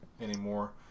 anymore